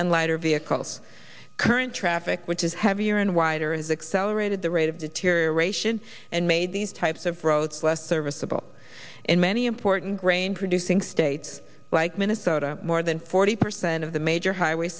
and lighter vehicles current traffic which is heavier and wider is accelerating the rate of deterioration and made these types of roads less serviceable in many important grain producing states like minnesota more than forty percent of the major highway